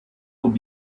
would